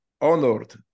honored